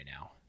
now